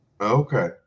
Okay